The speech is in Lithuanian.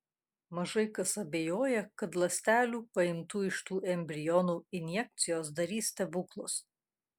mažai kas abejoja kad ląstelių paimtų iš tų embrionų injekcijos darys stebuklus